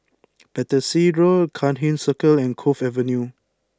Battersea Road Cairnhill Circle and Cove Avenue